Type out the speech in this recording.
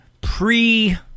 pre